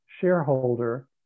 shareholder